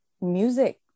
music